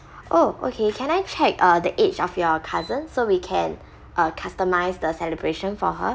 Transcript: oh okay can I check uh the age of your cousin so we can uh customize the celebration for her